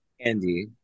andy